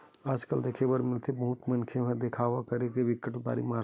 आज कल देखे बर मिलथे के बहुत से मनखे ह देखावा करे म बिकट उदारी मारथे